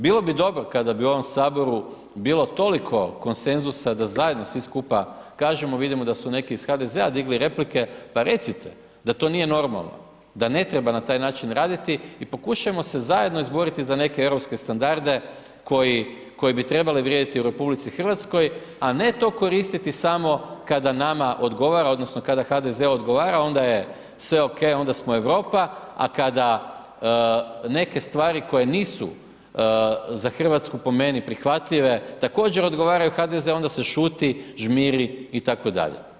Bilo bi dobro kada bi u ovom saboru bilo toliko konsenzusa da zajedno svi skupa kažemo, vidimo da su neki ih HDZ-a digli replike, pa recite da to nije normalno, da ne treba na taj način raditi i pokušajmo se zajedno izboriti za neke europske standarde koji, koji bi trebali vrijediti u RH, a ne to koristiti samo kada nama odgovara, odnosno kada HDZ-u odgovara onda je sve OK onda smo Europa, a kada neke stvari koje nisu za Hrvatsku po meni prihvatljive također odgovaraju HDZ-u onda se šuti, žmiri itd.